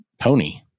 Pony